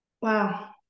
Wow